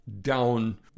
down